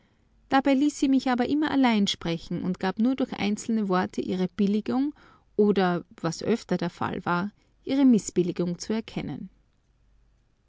dabei ließ sie mich aber immer allein sprechen und gab nur durch einzelne worte ihre billigung oder was öfter der fall war ihre mißbilligung zu erkennen